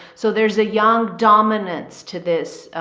so there's a young dominance to this,